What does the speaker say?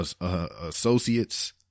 Associates